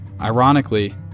Ironically